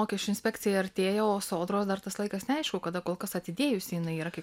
mokesčių inspekcija artėja o sodros dar tas laikas neaišku kada kol kas atidėjusi jinai yra kaip